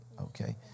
Okay